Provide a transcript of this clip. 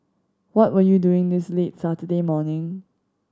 what were you doing this late Saturday morning